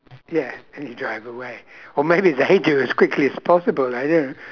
ya and you drive away or maybe they do as quickly as possible I don't